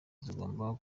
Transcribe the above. zigomba